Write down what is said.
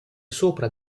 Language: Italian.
sopra